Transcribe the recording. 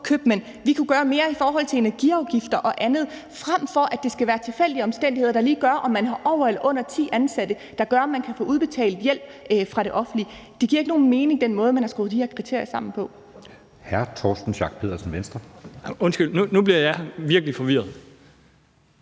købmænd. Vi kunne gøre mere i forhold til energiafgifter og andet, frem for at det skal være tilfældige omstændigheder som f.eks., om man har over eller under ti ansatte, der gør, at man kan få udbetalt hjælp fra det offentlige. Den måde, man har skruet de her kriterier sammen på, giver ikke nogen mening. Kl. 11:51 Anden næstformand